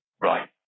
Right